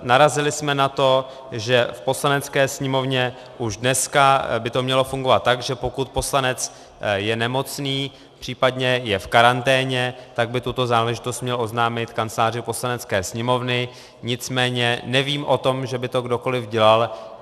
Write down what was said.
Narazili jsme na to, že v Poslanecké sněmovně už dneska by to mělo fungovat tak, že pokud poslanec je nemocný, případně je v karanténě, tak by tuto záležitost měl oznámit Kanceláři Poslanecké sněmovny, nicméně nevím o tom, že by to kdokoliv dělal.